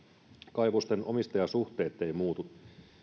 kaivosten omistajasuhteet eivät muutu